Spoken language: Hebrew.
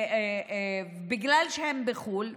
בגלל שהם בחו"ל.